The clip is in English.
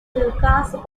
lucas